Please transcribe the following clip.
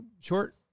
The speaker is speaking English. short